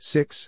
Six